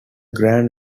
grand